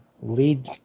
lead